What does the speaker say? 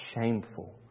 shameful